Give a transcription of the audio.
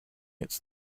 its